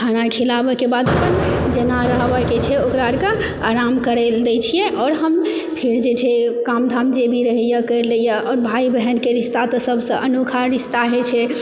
खाना खिलाबैके बाद जेना रहबाके छै ओकरा आरके आराम करैला दै छियै आओर हम फेर जे छै काम धाम जे भी रहैया करि लैया आओर भाई बहनके रिस्ता तऽ सबसँ अनोखा रिस्ता होइ छै